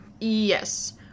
Yes